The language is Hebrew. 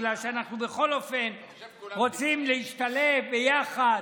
בגלל שאנחנו בכל אופן רוצים להשתלב ביחד,